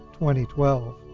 2012